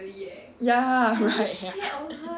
ya right